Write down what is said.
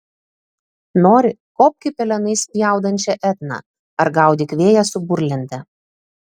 nori kopk į pelenais spjaudančią etną ar gaudyk vėją su burlente